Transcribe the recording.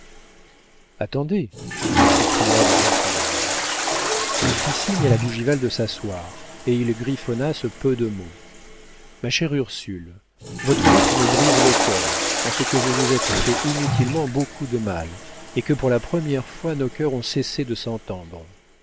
attendez s'écria le gentilhomme il fit signe à la bougival de s'asseoir et il griffonna ce peu de mots ma chère ursule votre lettre me brise le cœur en ce que vous vous êtes fait inutilement beaucoup de mal et que pour la première fois nos cœurs ont cessé de s'entendre